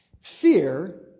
Fear